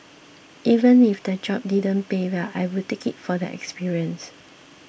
even if the job didn't pay well I would take it for the experience